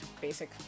basic